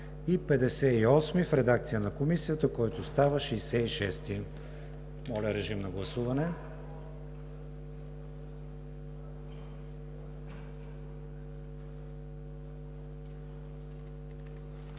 § 58 в редакция на Комисията, който става § 66. Моля, режим на гласуване.